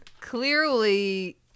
Clearly